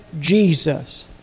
Jesus